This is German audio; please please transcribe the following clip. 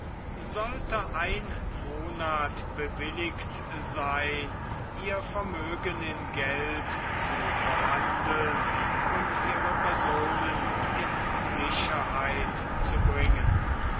sollte ein monat bewilligt sein ihr vermögen in geld zu verwandeln und ihre personen in sicherheit zu bringen